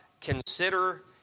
consider